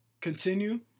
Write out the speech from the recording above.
continue